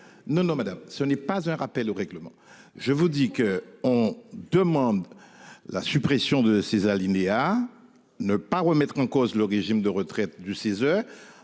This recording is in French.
Nono. Nono, madame, ce n'est pas un rappel au règlement. Je vous dis que on demande. La suppression de ces alinéas. Ne pas remettre en cause le régime de retraite de ces